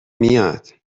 میاد